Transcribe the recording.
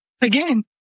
Again